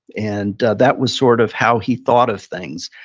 and that was sort of how he thought of things.